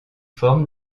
forme